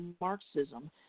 Marxism